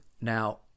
Now